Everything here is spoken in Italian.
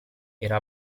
era